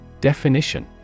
Definition